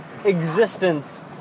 existence